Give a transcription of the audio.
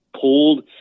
pulled